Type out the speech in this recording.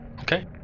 Okay